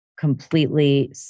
completely